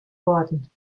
worden